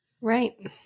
Right